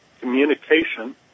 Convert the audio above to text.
communication